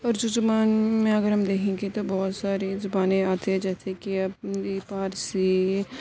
اردو زبان میں اگر ہم دیکھیں گے تو بہت ساری زبانیں آتی ہیں جیسے کہ عربی فارسی